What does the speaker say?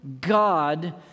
God